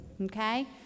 Okay